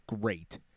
great